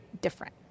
different